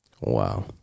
Wow